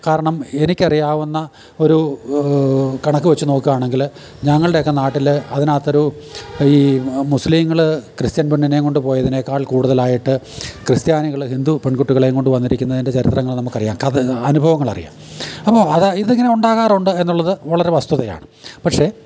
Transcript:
കാരണം എനിക്ക് അറിയാവുന്ന ഒരു കണക്ക് വെച്ച് നോക്കാണെങ്കിൽ ഞങ്ങളുടെക്കെ നാട്ടിൽ അതിനാത്തൊരു ഈ മുസ്ലിങ്ങൾ ക്രിസ്ത്യൻ പെണ്ണിനേം കൊണ്ട് പോയതിനേക്കാൽ കൂടുതലായിട്ട് ക്രിസ്ത്യാനികൾ ഹിന്ദു പെൺകുട്ടികളെ കൊണ്ട് വന്നിരിക്കുന്നതിൻ്റെ ചരിത്രങ്ങൾ നമുക്ക് അറിയാം കഥ അനുഭവങ്ങൾ അറിയാം അപ്പം അതാ ഇതിങ്ങനെ ഉണ്ടാകാറുണ്ട് എന്നുള്ളത് വളരെ വസ്തുതയാണ് പക്ഷേ